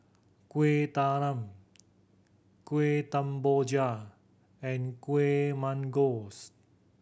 Kueh Talam Kuih Kemboja and Kueh Manggis